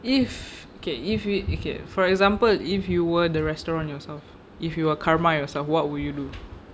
if okay if you okay for example if you were the restaurant yourself if you were karma yourself what would you do